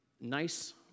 nice